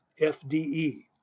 FDE